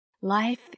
Life